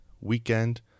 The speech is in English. weekend